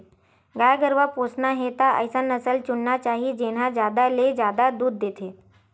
गाय गरूवा पोसना हे त अइसन नसल चुनना चाही जेन ह जादा ले जादा दूद देथे